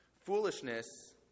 Foolishness